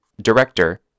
Director